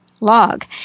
log